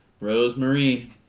Rosemary